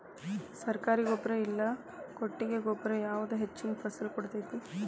ಸರ್ಕಾರಿ ಗೊಬ್ಬರ ಇಲ್ಲಾ ಕೊಟ್ಟಿಗೆ ಗೊಬ್ಬರ ಯಾವುದು ಹೆಚ್ಚಿನ ಫಸಲ್ ಕೊಡತೈತಿ?